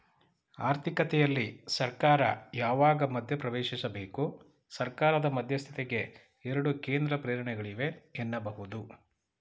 ಆರ್ಥಿಕತೆಯಲ್ಲಿ ಸರ್ಕಾರ ಯಾವಾಗ ಮಧ್ಯಪ್ರವೇಶಿಸಬೇಕು? ಸರ್ಕಾರದ ಮಧ್ಯಸ್ಥಿಕೆಗೆ ಎರಡು ಕೇಂದ್ರ ಪ್ರೇರಣೆಗಳಿವೆ ಎನ್ನಬಹುದು